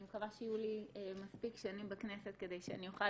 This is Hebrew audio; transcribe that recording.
אני מקווה שיהיו לי מספיק שנים בכנסת כדי שאני אוכל